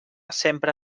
sempre